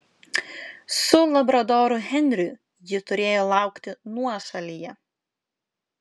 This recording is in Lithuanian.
su labradoru henriu ji turėjo laukti nuošalyje